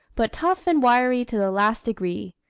but tough and wiry to the last degree.